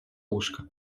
łóżka